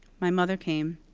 my mother came.